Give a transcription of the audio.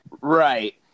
right